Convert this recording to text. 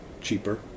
cheaper